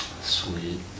Sweet